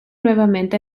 nuevamente